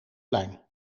plein